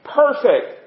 perfect